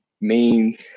main